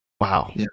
Wow